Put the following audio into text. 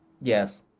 Yes